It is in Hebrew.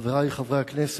חברי חברי הכנסת,